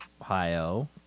Ohio